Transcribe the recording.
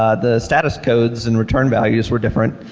um the status codes and return values were different.